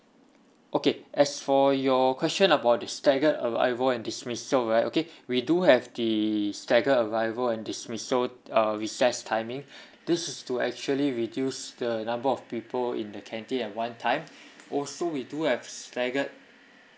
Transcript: okay as for your question about the staggered arrival and dismissal right okay we do have the staggered arrival and dismissal uh recess timing this is to actually reduce the number of people in the canteen at one time also we do have staggered